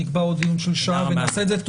נקבע עוד יום של שעה ונעשה את זה.